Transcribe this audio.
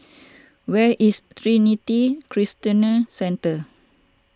where is Trinity Christian Centre